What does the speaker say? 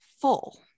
full